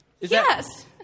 yes